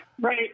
right